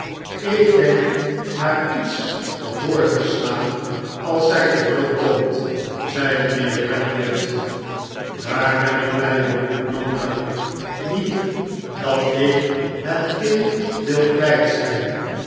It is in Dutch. ik denk haar iets voor te slaan als zij terugkomt zeide mijnheer gradgrind daar ben ik blij om jonker met dat ik het kind wil kwijt zijn